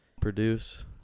produce